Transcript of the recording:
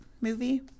movie